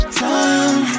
time